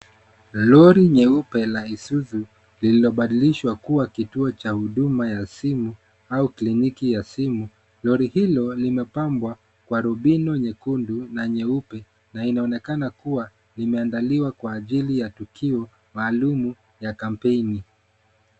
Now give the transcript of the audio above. Lori nyeupe la Isuzu lililobadilishwa kuwa kituo cha huduma ya simu au kliniki ya simu. Lori hilo limepambwa kwa rubino nyekundu na nyeupe na inaonekana kuwa limeandaliwa kwa ajili ya tukio maalumu la kampeni.